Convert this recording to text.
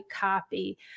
copy